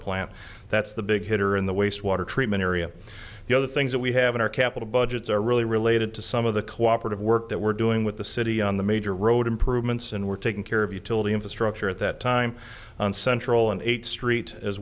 plant that's the big hitter in the wastewater treatment area the other things that we have in our capital budgets are really related to some of the cooperative work that we're doing with the city on the major road improvements and we're taking care of utility infrastructure at that time on central and eighth street as